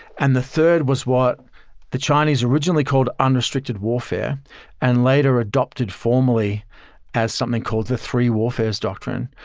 and the third was what the chinese originally called unrestricted warfare and later adopted formally as something called the three warfares doctrine,